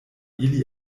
ili